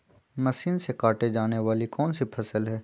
Machine से काटे जाने वाली कौन सी फसल है?